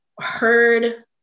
heard